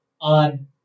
on